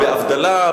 בהבדלה,